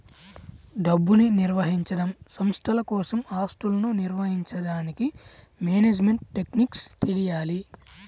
డబ్బుని నిర్వహించడం, సంస్థల కోసం ఆస్తులను నిర్వహించడానికి మేనేజ్మెంట్ టెక్నిక్స్ తెలియాలి